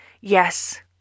Yes